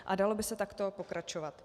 A dalo by se takto pokračovat.